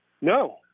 No